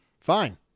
fine